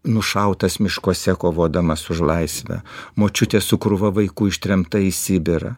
nušautas miškuose kovodamas už laisvę močiutė su krūva vaikų ištremta į sibirą